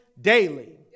daily